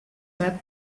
web